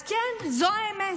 אז כן, זו האמת,